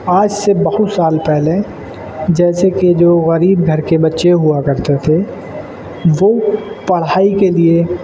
آج سے بہت سال پہلے جیسے کہ جو غریب گھر کے بچے ہوا کرتے تھے وہ پڑھائی کے لیے